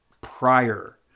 prior